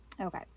Okay